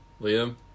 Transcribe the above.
Liam